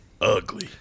ugly